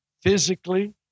physically